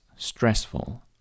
stressful